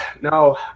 no